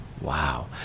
Wow